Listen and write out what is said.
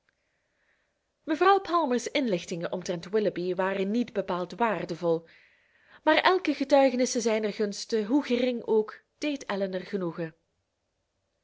mevrouw palmer's inlichtingen omtrent willoughby waren niet bepaald waardevol maar elk getuigenis te zijnen gunste hoe gering ook deed elinor genoegen